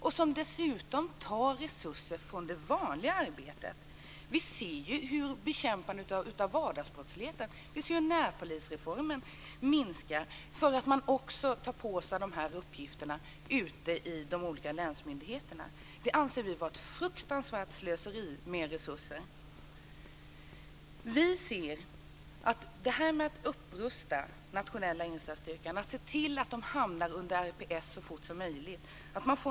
Det tar dessutom resurser från det vanliga arbetet. Vi ser hur bekämpandet av vardagsbrottsligheten och närpolisen drabbas därför att man tar på sig dessa uppgifter ute på de olika länsmyndigheterna. Det anser vi vara ett fruktansvärt slöseri med resurser. Vi anser att det är viktigt med en upprustning av Nationella insatsstyrkan. Vi måste se till att styrkan hamnar under RPS så fort som möjligt.